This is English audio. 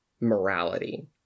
morality